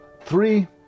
three